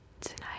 Tonight